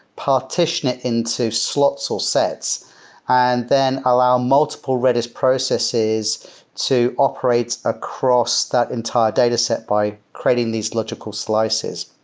partition it into slots or sets and then allow multiple redis processes to operate across that entire dataset by creating these logical slices.